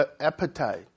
appetite